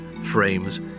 frames